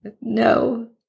No